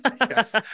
yes